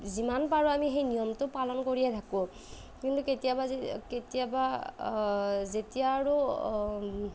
যিমান পাৰো আমি সেই নিয়মটো পালন কৰিয়ে থাকোঁ কিন্তু কেতিয়াবা যেতিয়া কেতিয়াবা যেতিয়া আৰু